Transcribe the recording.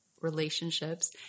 relationships